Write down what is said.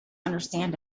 understand